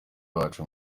wacu